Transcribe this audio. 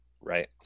right